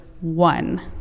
one